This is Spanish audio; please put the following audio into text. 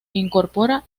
incorpora